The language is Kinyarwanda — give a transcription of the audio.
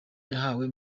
yahawe